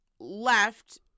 Left